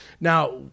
Now